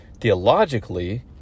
theologically